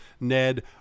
NED